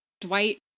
Dwight